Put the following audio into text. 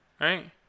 right